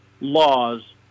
laws